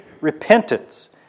repentance